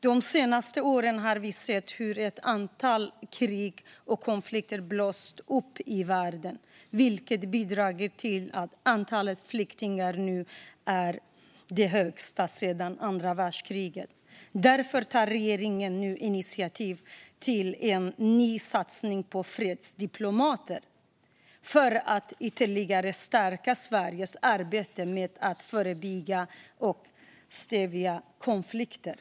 De senaste åren har vi sett hur ett antal krig och konflikter blossat upp i världen, vilket bidragit till att antalet flyktingar nu är det högsta sedan andra världskriget. Därför tar regeringen nu initiativ till en ny satsning på fredsdiplomati, för att ytterligare stärka Sveriges arbete med att förebygga och stävja konflikter."